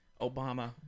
Obama